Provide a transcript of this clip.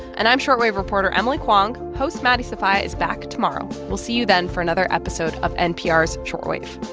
and i'm short wave reporter emily kwong. host maddie sofia is back tomorrow. we'll see you then for another episode of npr's short wave